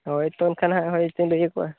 ᱦᱳᱭ ᱛᱚ ᱮᱱᱠᱷᱟᱱ ᱦᱟᱜ ᱦᱳᱭ